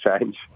change